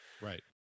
Right